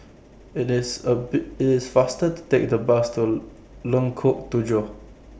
IT IS A Be IT IS faster to Take The Bus to Lengkok Tujoh